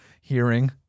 hearing